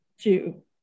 Two